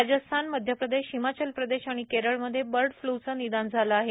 राजस्थान मध्यप्रदेश हिमाचलप्रदेश आणि केरळमध्ये बर्ड फ्लूचं निदान झाले आहे